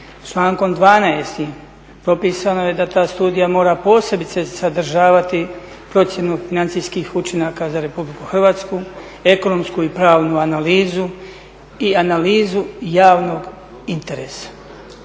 Člankom 12. propisano je da ta studija mora posebice sadržavati procjenu financijskih učinaka za Republiku Hrvatsku, ekonomsku i pravnu analizu i analizu javnog interesa.